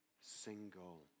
single